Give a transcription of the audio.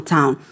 Town